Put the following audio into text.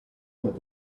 und